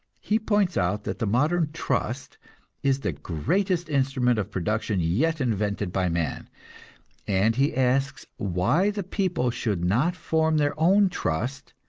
he points out that the modern trust is the greatest instrument of production yet invented by man and he asks why the people should not form their own trust,